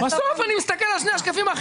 אני מסתכל על שני השקפים.